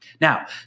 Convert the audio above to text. Now